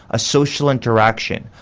a social interaction,